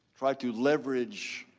try to leverage